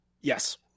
Yes